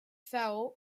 fell